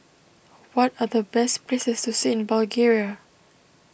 what are the best places to see in Bulgaria